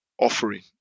offering